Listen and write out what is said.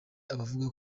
abavuga